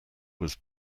was